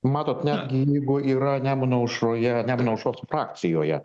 matot netgi jeigu yra nemuno aušroje nemuno aušros frakcijoje